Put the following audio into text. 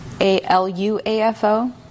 A-L-U-A-F-O